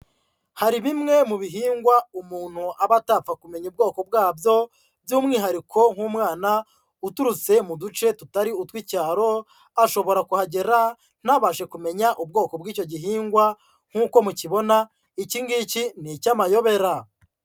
Hari bimwe mu bihingwa umuntu aba atapfa kumenya ubwoko bwabyo, by'umwihariko nk'umwana uturutse mu duce tutari utw'icyaro, ashobora kuhagera ntabashe kumenya ubwoko bw'icyo gihingwa nk'uko mukibona iki ngiki ni icy'amayobera.